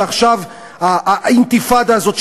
ועכשיו האינתיפאדה הזאת,